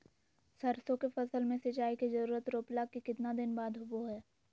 सरसों के फसल में सिंचाई के जरूरत रोपला के कितना दिन बाद होबो हय?